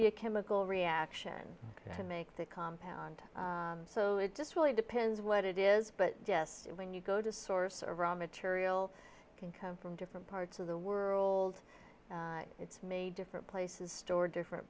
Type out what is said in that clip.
be a chemical reaction to make that compound so it just really depends what it is but just when you go to source around material can come from different parts of the world it's different places store different